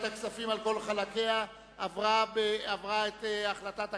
הכספים על כל חלקיה עברה את החלטת הכנסת,